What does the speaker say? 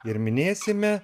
ir minėsime